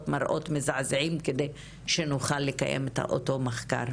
מראות מזעזעים כדי שנוכל לקיים את אותו מחקר.